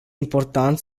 important